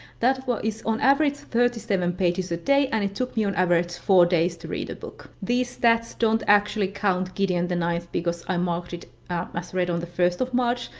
that is on average thirty seven pages a day, and it took me on average four days to read a book. these stats don't actually count gideon the ninth because i marked it ah um as read on the first of march,